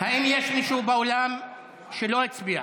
האם יש מישהו באולם שלא הצביע